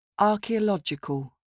Archaeological